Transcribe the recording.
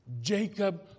Jacob